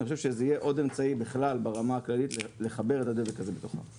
אני חושב שזה יהיה עוד אמצעי ברמה הכללית לחבר את הדבק הזה בתוך העם.